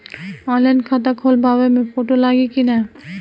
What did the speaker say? Online खाता खोलबाबे मे फोटो लागि कि ना?